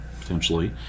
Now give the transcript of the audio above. potentially